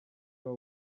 waba